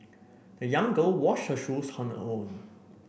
the young girl washed her shoes on her own